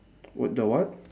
w~ the what